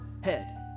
head